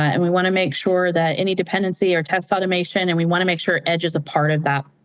and we want to make sure that any dependency or test automation, and we want to make sure edge is a part of that.